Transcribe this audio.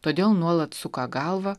todėl nuolat suka galvą